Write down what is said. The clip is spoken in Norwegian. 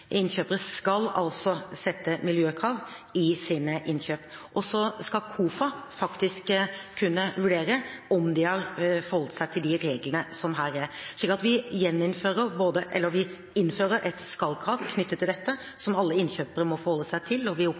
Innkjøpere skal altså sette miljøkrav i sine innkjøp, og så skal KOFA faktisk kunne vurdere om de har forholdt seg til de reglene som er. Vi innfører et skal-krav knyttet til dette, som alle innkjøpere må forholde seg til – og vi